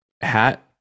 hat